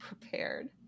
prepared